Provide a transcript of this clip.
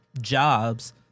jobs